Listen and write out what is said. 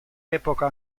epoca